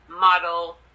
model